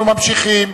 אנחנו ממשיכים.